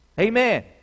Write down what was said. Amen